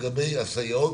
לגבי הסייעות,